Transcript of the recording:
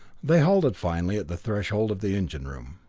they halted finally at the threshold of the engine room.